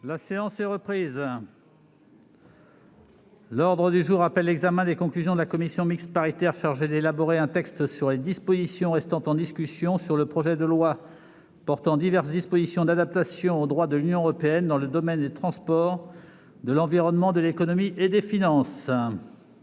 La séance est reprise. L'ordre du jour appelle l'examen des conclusions de la commission mixte paritaire chargée d'élaborer un texte sur les dispositions restant en discussion sur le projet de loi portant diverses dispositions d'adaptation au droit de l'Union européenne dans le domaine des transports, de l'environnement, de l'économie et des finances